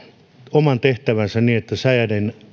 oman tehtävänsä niin että säiden